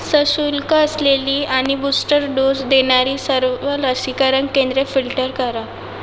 सशुल्क असलेली आणि बूस्टर डोस देणारी सर्व लसीकरण केंद्रे फिल्टर करा